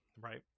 right